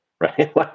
Right